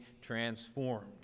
transformed